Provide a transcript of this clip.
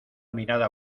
mirada